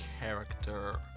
character